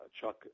Chuck